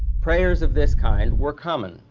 prayers of this kind were common.